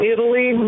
Italy